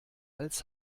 als